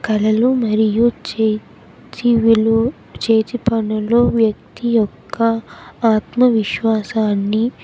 కళలు మరియు చేతివిలు చేతి పనులు వ్యక్తి యొక్క ఆత్మవిశ్వాసాన్ని